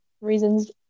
reasons